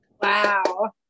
wow